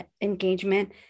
engagement